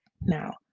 Now